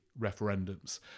referendums